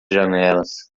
janelas